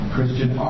Christian